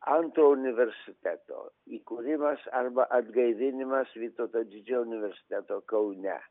antro universiteto įkūrimas arba atgaivinimas vytauto didžiojo universiteto kaune